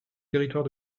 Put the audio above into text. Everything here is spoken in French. territoire